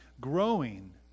growing